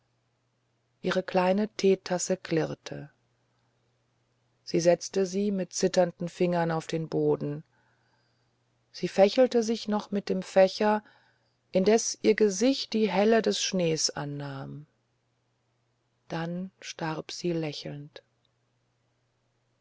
ihre kleine teetasse klirrte sie setzte sie mit zitternden fingern auf den boden sie fächelte sich noch mit dem fächer indes ihr gesicht die helle des schnees annahm dann starb sie lächelnd